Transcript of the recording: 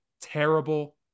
terrible